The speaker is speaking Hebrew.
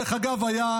דרך אגב,